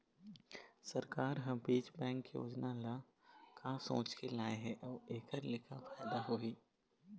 सरकार ह बीज बैंक योजना ल का सोचके लाए हे अउ एखर ले का फायदा होही?